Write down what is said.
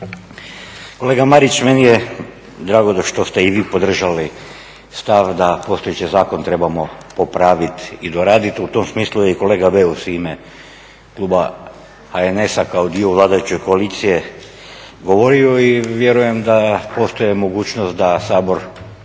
Kolega Marić meni je drago što ste i vi podržali stav da postojeći zakon trebamo popraviti i doraditi, u tom smislu je i kolega Beus u ime kluba HNS-a kao dio vladajuće koalicije govorio i vjerujem da postoji mogućnost da Sabor usvajajući